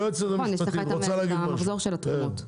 נכון, יש לך את המחזור של התרומות.